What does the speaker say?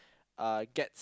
uh gets